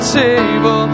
table